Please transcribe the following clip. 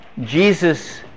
Jesus